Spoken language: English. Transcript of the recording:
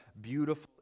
beautiful